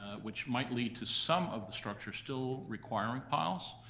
ah which might lead to some of the structure still requiring piles.